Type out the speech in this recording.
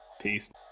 Peace